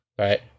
right